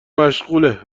مشغوله